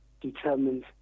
determines